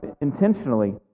intentionally